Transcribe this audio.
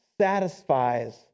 satisfies